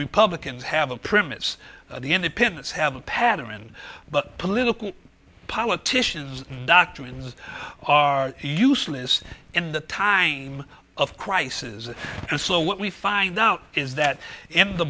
republicans have a premise the independents have a pattern but political politicians doctrines are useless in the time of crisis and so what we find now is that in the